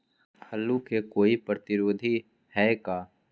आलू के कोई प्रतिरोधी है का?